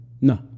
No